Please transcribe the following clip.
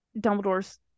Dumbledore's